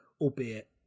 albeit